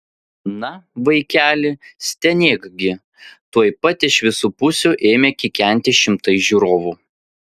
na vaikeli stenėk gi tuoj pat iš visų pusių ėmė kikenti šimtai žiūrovų